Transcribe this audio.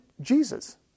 Jesus